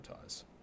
ties